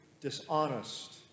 dishonest